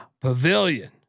Pavilion